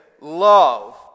love